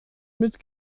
mit